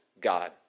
God